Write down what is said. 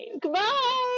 Goodbye